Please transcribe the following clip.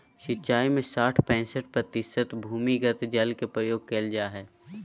सिंचाई में साठ पईंसठ प्रतिशत भूमिगत जल के प्रयोग कइल जाय हइ